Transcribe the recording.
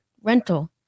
rental